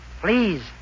Please